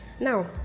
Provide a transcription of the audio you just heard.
Now